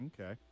Okay